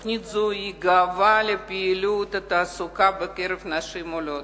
תוכנית זו היא גאווה לפעילות בתחום התעסוקה בקרב נשים עולות.